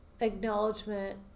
acknowledgement